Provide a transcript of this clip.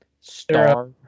star